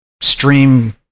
stream